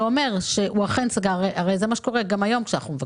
שאומר שהוא אכן סגר --- פיקוד העורף מתייחס